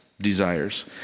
desires